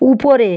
উপরে